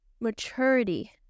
maturity